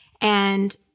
and-